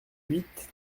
huit